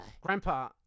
grandpa